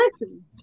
Listen